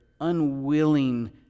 unwilling